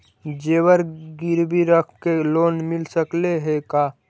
जेबर गिरबी रख के लोन मिल सकले हे का?